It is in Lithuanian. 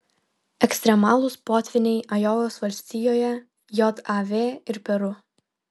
ekstremalūs potvyniai ajovos valstijoje jav ir peru